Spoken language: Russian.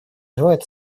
желает